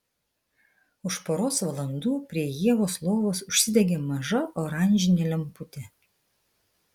už poros valandų prie ievos lovos užsidegė maža oranžinė lemputė